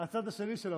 הצד השני של האופוזיציה.